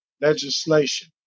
legislation